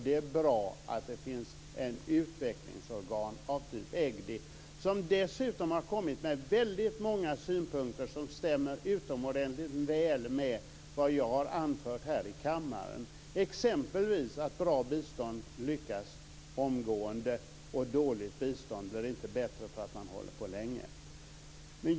Det är bra att det finns ett utvecklingsorgan av typen EGDI, som dessutom har kommit med väldigt många synpunkter som stämmer utomordentligt väl med vad jag har anfört här i kammaren, exempelvis att bra bistånd lyckas omgående och att dåligt bistånd inte blir bättre därför att man håller på länge.